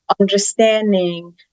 Understanding